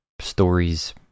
stories